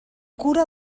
cura